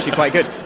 quite good.